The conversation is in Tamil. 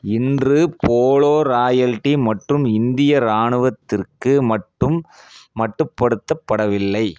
இன்று போலோ ராயல்டி மற்றும் இந்திய இராணுவத்திற்கு மட்டும் மட்டுப்படுத்தப்படவில்லை